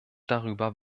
darüber